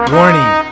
Warning